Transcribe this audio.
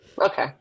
Okay